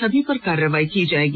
सभी पर कार्रवाई होगी